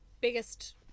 biggest